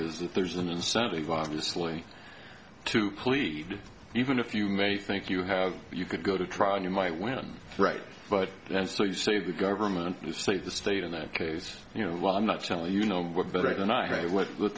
is that there's an incentive obviously to plead even if you may think you have you could go to trial you might win right but then so you say the government you say the state in that case you know i'm not selling you know what better than i what the